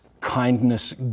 kindness